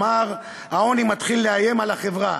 אמר: העוני מתחיל לאיים על החברה.